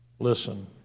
Listen